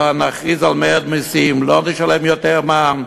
שנכריז על מרד מסים, לא נשלם יותר מע"מ,